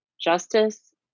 justice